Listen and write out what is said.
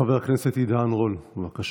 חבר הכנסת עידן רול, בבקשה.